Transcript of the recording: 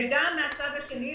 ומצד שני,